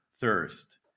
thirst